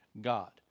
God